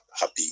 happy